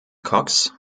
cox